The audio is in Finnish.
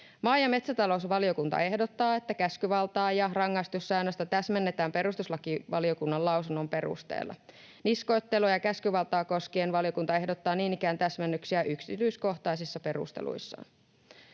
Maa- ja metsätalousvaliokunta ehdottaa, että käskyvaltaa ja rangaistussäännöstä täsmennetään perustuslakivaliokunnan lausunnon perusteella. Niskoittelua ja käskyvaltaa koskien valiokunta ehdottaa niin ikään täsmennyksiä yksityiskohtaisissa perusteluissaan.